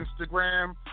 Instagram